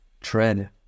Tread